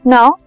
Now